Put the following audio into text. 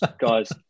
guys